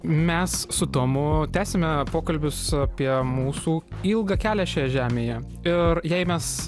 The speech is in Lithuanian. mes su tomu tęsiame pokalbius apie mūsų ilgą kelią šioje žemėje ir jei mes